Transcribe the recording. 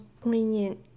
poignant